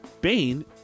Bane